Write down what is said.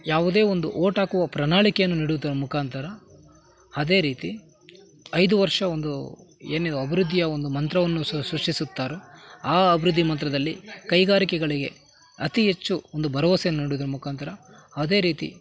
ಯಾವುದೇ ಒಂದು ವೋಟ್ ಹಾಕುವ ಪ್ರಣಾಳಿಕೆಯನ್ನು ನೀಡುವುದರ ಮುಖಾಂತರ ಅದೇ ರೀತಿ ಐದು ವರ್ಷ ಒಂದು ಏನೇ ಅಭಿವೃದ್ದಿಯ ಒಂದು ಮಂತ್ರವನ್ನು ಸೃಷ್ಟಿಸುತ್ತಾರೋ ಆ ಅಭಿವೃದ್ದಿ ಮಂತ್ರದಲ್ಲಿ ಕೈಗಾರಿಕೆಗಳಿಗೆ ಅತಿ ಹೆಚ್ಚು ಒಂದು ಭರವಸೆಯನ್ನು ನೀಡುವುದರ ಮುಖಾಂತರ ಅದೇ ರೀತಿ